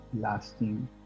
lasting